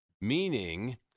meaning